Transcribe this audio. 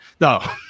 No